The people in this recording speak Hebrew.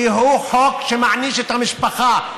כי הוא חוק שמעניש את המשפחה,